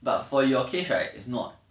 but for your case right is not